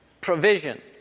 provision